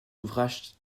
ouvrages